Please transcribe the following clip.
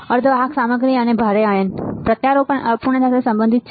અર્ધવાહક સામગ્રી અને ભારે આયન પ્રત્યારોપણમાં અપૂર્ણતા સાથે સંબંધિત છે